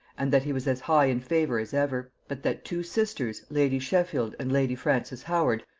and that he was as high in favor as ever but that two sisters, lady sheffield and lady frances howard,